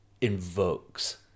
invokes